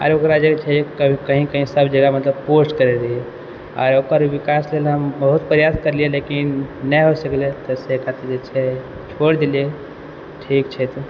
आओर ओकरा जे छै कहीं कहीं सब जगह मतलब पोस्ट करै रहियै आओर ओकर विकास लेल हम बहुत प्रयास करलियै लेकिन नहि हो सकलै तऽ से खातिर जे छै छोड़ देलियै ठीक छै तऽ